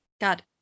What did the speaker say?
God